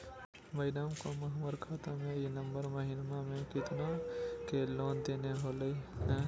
madam, हमर खाता में ई नवंबर महीनमा में केतना के लेन देन होले है